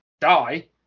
die